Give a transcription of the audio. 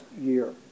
year